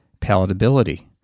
palatability